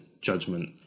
judgment